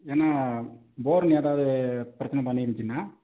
ஏன்னா போர்ன் எதாவது பிரச்சனை பண்ணிருந்துச்சுனா